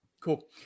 Cool